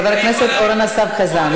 חבר הכנסת אורן אסף חזן,